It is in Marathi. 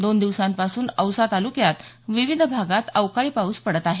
दोन दिवसांपासून औसा तालुक्यात विविध भागांत अवकाळी पाऊस पडत आहे